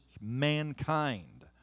mankind